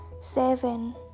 seven